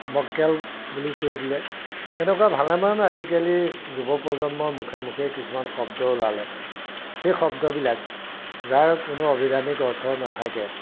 মক্কেল বুলি কৈ দিলে তেনেকুৱা ভালেমান আজিকালি যুৱপ্ৰজন্মৰ মুখে মুখে কিছুমান শব্দ ওলালে সেই শব্দবিলাক যাৰ কোনো অভিধানিক অৰ্থ নাথাকে